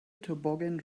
toboggan